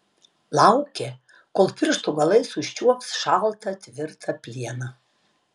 laukė kol pirštų galais užčiuops šaltą tvirtą plieną